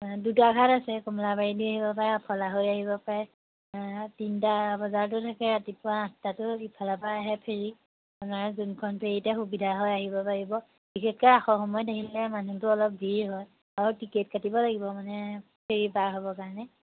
দুটা ঘাট আছে কমলাবাৰী দি আহিব পাৰে অফলা হৈ আহিব পাৰে তিনিটা বজাতো থাকে ৰাতিপুৱা আঠটাতো ইফালপৰা আহে ফেৰি আপোনালোক যোনখন ফেৰিতে সুবিধা হয় আহিব পাৰিব বিশেষকৈ ৰাসৰ সময়ত আহিলে মানুহটো অলপ ভিৰ হয় আৰু টিকেট কাটিব লাগিব মানে ফেৰি পাৰ হ'ব কাৰণে